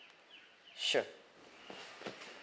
sure